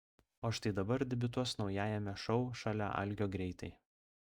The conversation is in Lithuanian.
o štai dabar debiutuos naujajame šou šalia algio greitai